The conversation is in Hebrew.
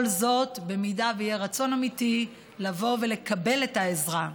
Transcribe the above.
כל זאת, אם יהיה רצון אמיתי לבוא ולקבל את העזרה.